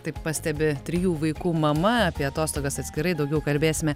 taip pastebi trijų vaikų mama apie atostogas atskirai daugiau kalbėsime